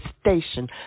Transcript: station